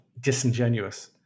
disingenuous